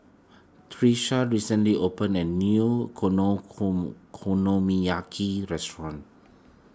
Tisha recently opened a new Konomiyaki restaurant